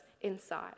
inside